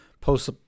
post